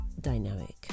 dynamic